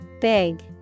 Big